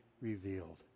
revealed